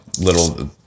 little